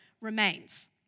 remains